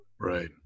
Right